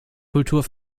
kultur